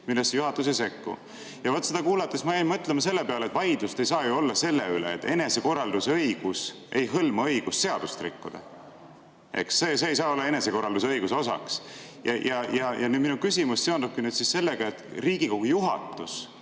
millesse juhatus ei sekku. Seda kuulates jäin ma mõtlema selle peale, et vaidlust ei saa ju olla selle üle, et enesekorraldusõigus ei hõlma õigust seadust rikkuda. See ei saa olla enesekorraldusõiguse osaks. Minu küsimus seondubki sellega, et Riigikogu juhatus,